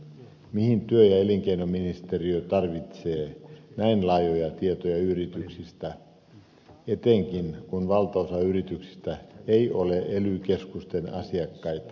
mihin työ ja elinkeinoministeriö tarvitsee näin laajoja tietoja yrityksistä etenkin kun valtaosa yrityksistä ei ole ely keskusten asiakkaita